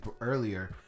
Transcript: earlier